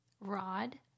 Rod